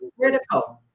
critical